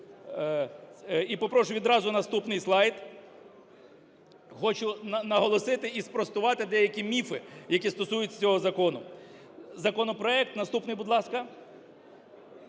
І попрошу відразу наступний слайд. Хочу наголосити і спростувати деякі міфи, які стосуються цього закону. Законопроект (наступний, будь ласка)